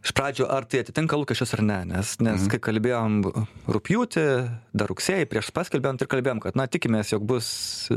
iš pradžių ar tai atitinka lūkesčius ar ne nes nes kai kalbėjom rugpjūtį dar rugsėjį prieš paskelbiant ir kalbėjom kad na tikimės jog bus